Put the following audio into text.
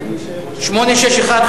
861,